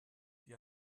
die